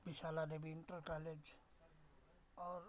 विशाला Devi inter college और